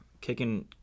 kicking